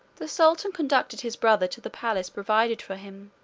the sultan conducted his brother to the palace provided for him,